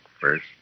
first